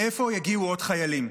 מאיפה יגיעו עוד חיילים?